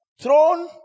Throne